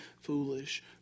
foolish